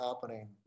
happening